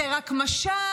זה רק משל,